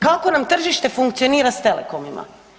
Kako nam tržište funkcionira sa telekomima?